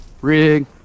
rig